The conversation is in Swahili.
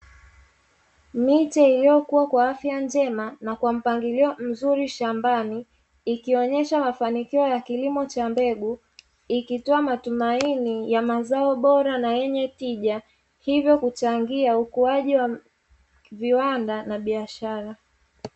Miti iliyokua kwa afya njema na kwa mpangilio mzuri shambani ikionyesha mafanikio ya kilimo cha mbegu ikitoa matumaini ya mazao bora na yenye tija hivyo kuchangia ukuaji wa viwanda na biashara.